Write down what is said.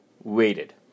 Waited